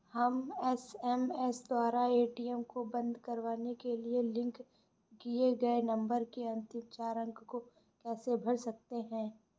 हम एस.एम.एस द्वारा ए.टी.एम को बंद करवाने के लिए लिंक किए गए नंबर के अंतिम चार अंक को कैसे भर सकते हैं?